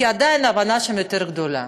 כי עדיין ההבנה שם יותר גדולה,